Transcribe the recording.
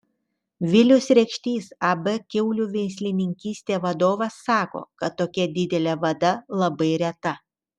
vilius rekštys ab kiaulių veislininkystė vadovas sako kad tokia didelė vada labai reta